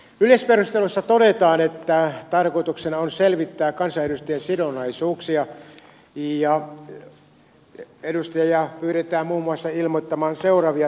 yleisperusteluissa todetaan että tarkoituksena on selvittää kansanedustajien sidonnaisuuksia ja edustajia pyydetään muun muassa ilmoittamaan seuraavia tietoa